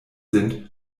sind